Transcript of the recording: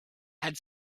had